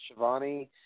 Shivani